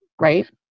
right